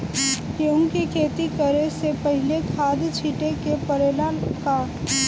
गेहू के खेती करे से पहिले खाद छिटे के परेला का?